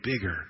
bigger